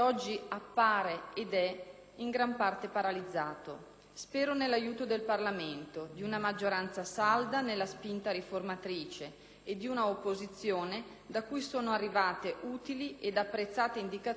Spero nell'aiuto del Parlamento, di una maggioranza salda nella spinta riformatrice e di una opposizione da cui sono arrivate utili ed apprezzate indicazioni in sede di Commissione